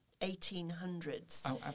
1800s